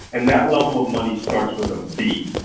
and that level of money starts with a b,